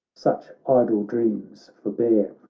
such idle dreams forbear,